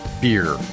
beer